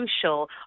crucial